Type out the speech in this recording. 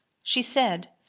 she said,